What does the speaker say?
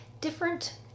different